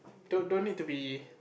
don't don't need to be